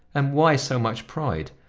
and why so much pride?